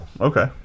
Okay